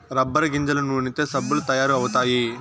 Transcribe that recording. rubber గింజల నూనెతో సబ్బులు తయారు అవుతాయి